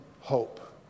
hope